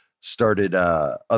started